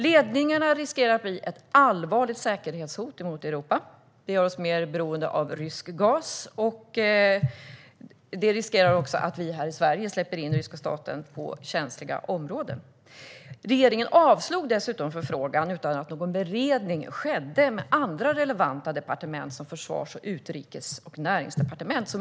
Ledningarna riskerar att bli ett allvarligt säkerhetshot mot Europa. De gör oss mer beroende av rysk gas, och det riskerar också att vi här i Sverige släpper in ryska staten på känsliga områden. Regeringen avslog dessutom förfrågan utan att någon beredning skedde med andra relevanta departement såsom Försvars, Utrikes och Näringsdepartementen.